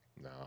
No